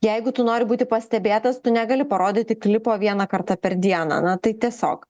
jeigu tu nori būti pastebėtas tu negali parodyti klipo vieną kartą per dieną na tai tiesiog